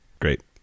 great